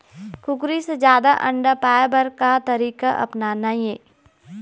कुकरी से जादा अंडा पाय बर का तरीका अपनाना ये?